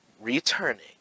Returning